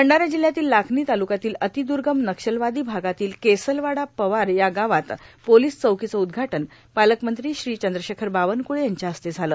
भंडारा जिल्ह्यातील लाखनी तालुक्यातील र्आतद्गम नक्षलवादां भागातील केसलवाडा पवार या गावात पोर्लिस चौकांचं उदघाटन पालकमंत्री श्रीचंद्रशेखर बावनकुळे यांच्या हस्ते झालं